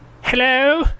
Hello